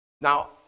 Now